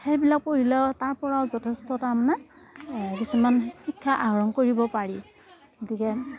সেইবিলাক পঢ়িলেও তাৰ পৰাও যথেষ্ট তাৰমানে কিছুমান শিক্ষা আহৰণ কৰিব পাৰি গতিকে